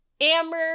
Amber